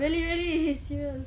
really really eh serious